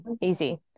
Easy